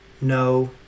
No